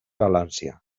valencià